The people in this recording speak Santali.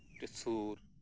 ᱢᱤᱫᱴᱮᱱ ᱥᱩᱨ